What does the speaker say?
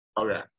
Okay